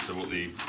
so all the